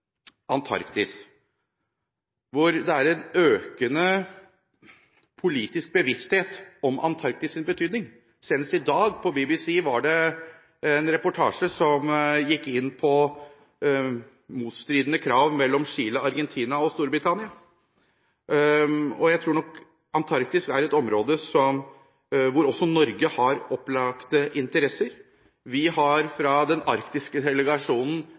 Antarktis. Det er en økende politisk bevissthet om Antarktis’ betydning. Senest i dag, på BBC, var det en reportasje som gikk inn på motstridende krav mellom Chile, Argentina og Storbritannia. Jeg tror nok Antarktis er et område hvor også Norge har opplagte interesser. Vi i den arktiske delegasjonen